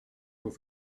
with